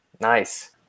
Nice